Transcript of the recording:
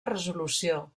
resolució